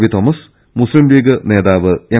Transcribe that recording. V Thomas Muslim League നേതാന് M